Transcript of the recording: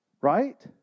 Right